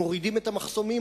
מורידים את המחסומים,